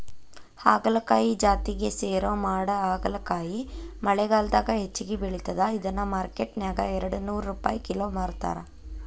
ಹಾಗಲಕಾಯಿ ಜಾತಿಗೆ ಸೇರೋ ಮಾಡಹಾಗಲಕಾಯಿ ಮಳೆಗಾಲದಾಗ ಹೆಚ್ಚಾಗಿ ಬೆಳಿತದ, ಇದನ್ನ ಮಾರ್ಕೆಟ್ನ್ಯಾಗ ಎರಡನೂರ್ ರುಪೈ ಕಿಲೋ ಮಾರ್ತಾರ